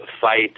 fight